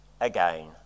again